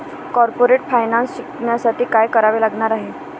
Corporate finance शिकण्यासाठी काय करावे लागणार आहे?